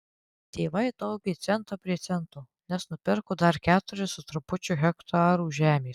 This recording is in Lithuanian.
tėvai taupė centą prie cento nes nusipirko dar keturis su trupučiu hektarų žemės